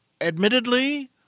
Admittedly